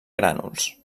grànuls